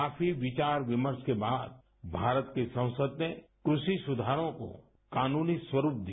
काफी विचार विमर्श के बाद मारत की संसद ने कृषि सुधारों को कानूनी स्वरुप दिया